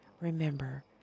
remember